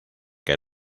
que